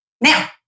Now